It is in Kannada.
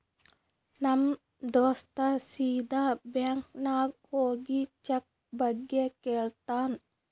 ನಮ್ ದೋಸ್ತ ಸೀದಾ ಬ್ಯಾಂಕ್ ನಾಗ್ ಹೋಗಿ ಚೆಕ್ ಬಗ್ಗೆ ಕೇಳ್ತಾನ್